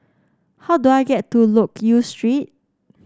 how do I get to Loke Yew Street